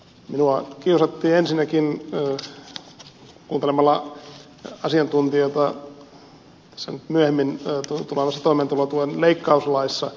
minua kiusattiin ensinnäkin kuuntelemalla asiantuntijoita tässä myöhemmin esille tulevassa toimeentulotuen leikkauslaissa